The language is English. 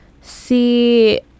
see